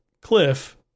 cliff